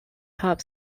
pop